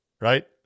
right